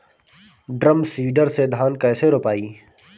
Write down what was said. Drum seeder से धान कैसे रोपाई?